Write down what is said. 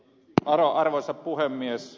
arvoisa puhemies